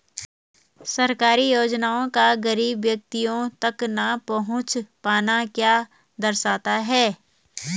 सरकारी योजनाओं का गरीब व्यक्तियों तक न पहुँच पाना क्या दर्शाता है?